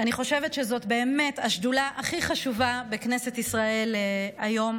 אני חושבת שזו באמת השדולה הכי חשובה בכנסת ישראל היום.